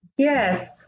Yes